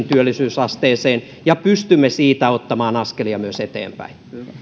työllisyysasteeseen ja pystymme siitä ottamaan askelia myös eteenpäin